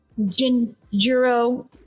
Jinjuro